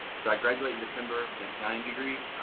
so i graduate in december with an accounting degree.